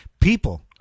people